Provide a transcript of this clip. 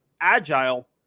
agile